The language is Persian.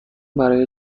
برای